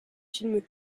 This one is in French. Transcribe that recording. film